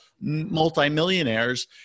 multimillionaires